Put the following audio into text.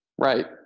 Right